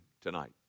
tonight